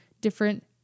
different